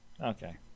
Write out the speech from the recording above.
okay